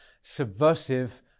Subversive